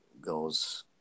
goes